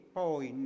poi